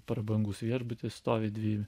prabangus viešbutis stovi dvi